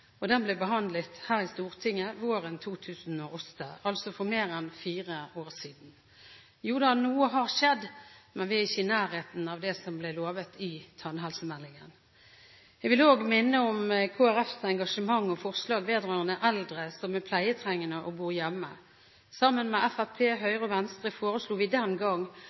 tannhelsemeldingen. Den ble behandlet i Stortinget våren 2008, altså for mer enn fire år siden. Noe har skjedd, men vi er ikke i nærheten av det som ble lovet i tannhelsemeldingen. Jeg vil også minne om Kristelig Folkepartis engasjement og forslag vedrørende eldre som er pleietrengende, og som bor hjemme. Sammen med Fremskrittspartiet og Venstre foreslo vi den gang